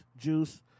Juice